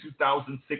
2006